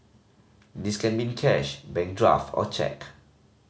this can be in cash bank draft or cheque